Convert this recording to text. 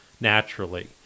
naturally